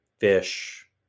fish